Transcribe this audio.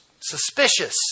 suspicious